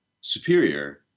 superior